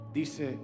dice